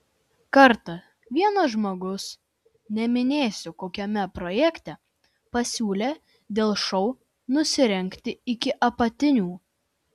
kartą vienas žmogus neminėsiu kokiame projekte pasiūlė dėl šou nusirengti iki apatinių